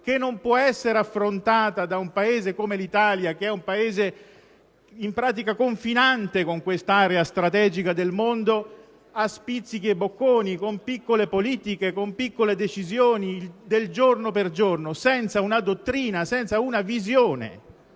che non può essere affrontata da un Paese come l'Italia, che è confinante con questa area strategica del mondo, a «spizzichi e bocconi», con piccole politiche, piccole decisioni del giorno per giorno, senza una dottrina, senza una visione